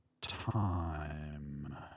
time